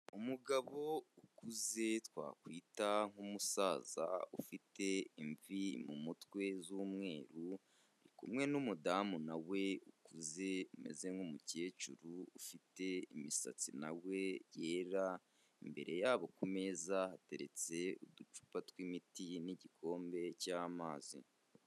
Umugabo ukuze twakwita nk'umusaza ufite imvi mu mutwe z'umweru ari kumwe n'umudamu na we ukuze umeze nk'umukecuru ufite imisatsi na we yera imbere yabo ku meza hateretse uducupa tw'imiti n'igikombe cy'amazi.